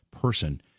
person